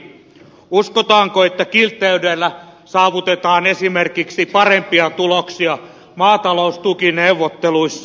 uskotaanko että kiltteydellä saavutetaan esimerkiksi parempia tuloksia maataloustukineuvotteluissa